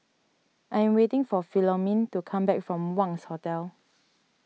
I am waiting for Philomene to come back from Wangz Hotel